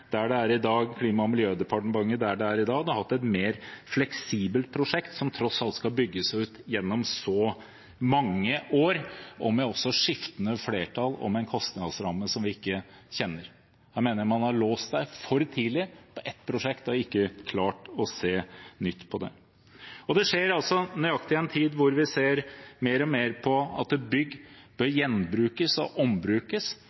der Klima- og miljødepartementet i dag er – hatt et mer fleksibelt prosjekt, som tross alt skal bygges ut gjennom så mange år, også med skiftende flertall, og med en kostnadsramme som vi ikke kjenner. Da mener jeg man har låst seg for tidlig til ett prosjekt og ikke klart å se nytt på det. Dette skjer også i en tid hvor vi ser mer og mer på at bygg bør gjenbrukes og ombrukes,